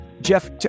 Jeff